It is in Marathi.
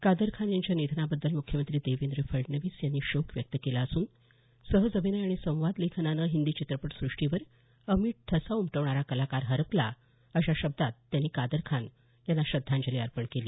कादरखान यांच्या निधनाबद्दल मुख्यमंत्री देवेंद्र फडणवीस यांनी शोक व्यक्त केला असून सहज अभिनय आणि संवाद लेखनानं हिंदी चित्रपटसृष्टीवर अमीट ठसा उमटविणारा कलाकार हरपला अशा शब्दात त्यांनी कादरखान यांना श्रद्धांजली अर्पण केली